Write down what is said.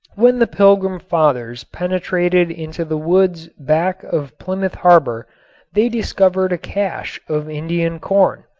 when the pilgrim fathers penetrated into the woods back of plymouth harbor they discovered a cache of indian corn.